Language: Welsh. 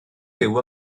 byw